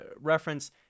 reference